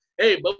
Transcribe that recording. Hey